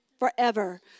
Forever